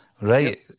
Right